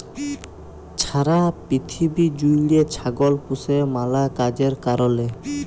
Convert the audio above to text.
ছারা পিথিবী জ্যুইড়ে ছাগল পুষে ম্যালা কাজের কারলে